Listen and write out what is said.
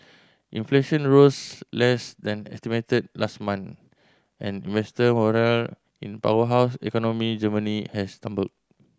inflation rose less than estimated last month and investor morale in powerhouse economy Germany has tumbled